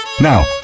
Now